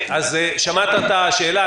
שמעת את השאלה.